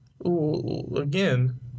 Again